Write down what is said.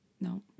No